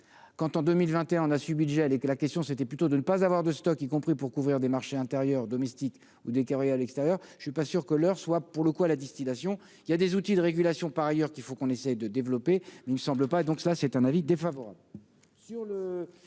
quand, en 2021 on a subi gel et que la question, c'était plutôt de ne pas avoir de stock, y compris pour couvrir des marchés intérieurs domestiques ou des calories à l'extérieur, je suis pas sûr que l'heure soit pour le coup à la distillation, il y a des outils de régulation par ailleurs qu'il faut qu'on essaye de développer, ne semble pas, donc ça c'est un avis défavorable